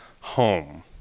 home